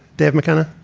dave mckenna?